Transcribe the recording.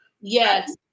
Yes